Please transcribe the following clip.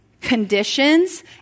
conditions